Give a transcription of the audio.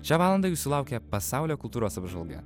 šią valandą jūsų laukia pasaulio kultūros apžvalga